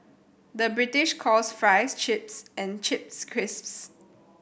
the British calls fries chips and chips crisps